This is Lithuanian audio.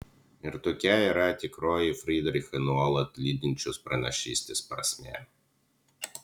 ir tokia yra tikroji frydrichą nuolat lydinčios pranašystės prasmė